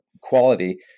quality